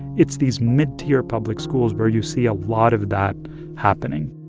it's these mid-tier public schools where you see a lot of that happening